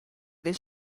del